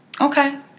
Okay